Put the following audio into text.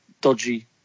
dodgy